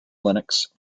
linux